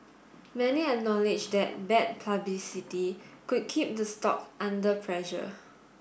many acknowledge that bad publicity could keep the stock under pressure